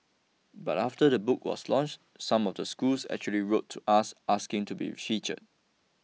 but after the book was launched some of the schools actually wrote to us asking to be featured